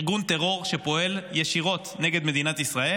ארגון טרור שפועל ישירות נגד מדינת ישראל.